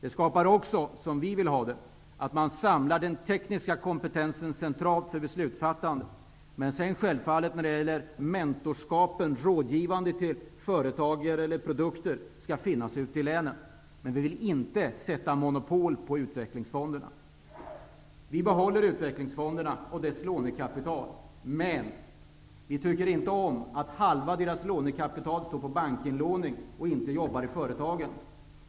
En annan effekt, som vi eftersträvar, är att man samlar den tekniska kompetensen centralt för beslutsfattande, men mentorer i form av rådgivare till företag skall självfallet finnas ute i länen. Vi vill emellertid inte sätta monopol på Utvecklingsfonderna och deras lånekapital, men vi tycker inte om att halva deras lånekapital finns i banker och inte jobbar i företagen.